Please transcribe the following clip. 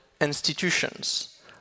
institutions